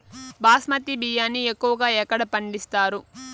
బాస్మతి బియ్యాన్ని ఎక్కువగా ఎక్కడ పండిస్తారు?